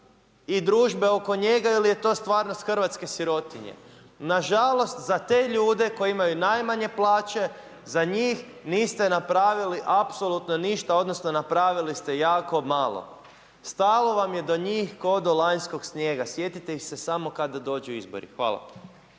i družbe oko njega ili je to stvarnost hrvatske sirotinje. Nažalost za te ljude koji imaju najmanje plaće za njih niste napravili apsolutno ništa, odnosno napravili ste jako malo. Stalo vam je donjih kao do lanjskog snijega. Sjetite ih se samo kada dođu izbori. Hvala.